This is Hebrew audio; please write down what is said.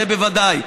זה בוודאי.